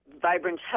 Vibrant